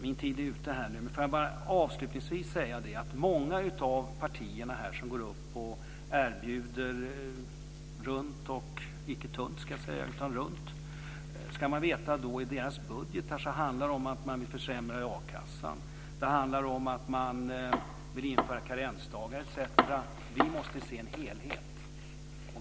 Min talartid är ute nu, men jag vill bara avslutningsvis säga att när det gäller många av de partier som här går upp och erbjuder runt - men inte tunt - så ska man veta att i deras budgetar handlar det om att de vill försämra a-kassan och om att de vill införa karensdagar etc. Vi måste se en helhet.